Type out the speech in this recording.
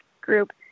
group